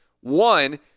One